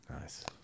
Nice